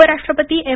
उपराष्ट्रपती एम